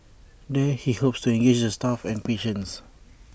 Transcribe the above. there he hopes to engage the staff and patients